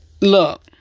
look